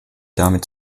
damit